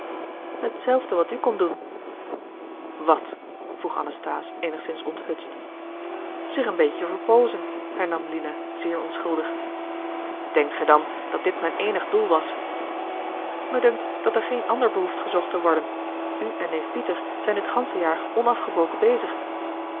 hetzelfde wat u komt doen wat vroeg anasthase eenigzins onthutst zich een beetje verpoozen hernam lina zeer onschuldig denkt gij dan dat dit mijn eenig doel was me dunkt dat er geen ander behoeft gezocht te worden u en neef pieter zijn dit gansche jaar onafgebroken bezig